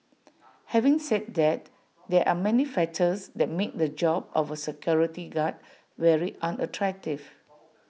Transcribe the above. having said that there are many factors that make the job of A security guard very unattractive